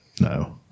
No